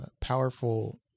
powerful